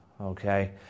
Okay